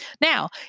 Now